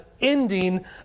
ending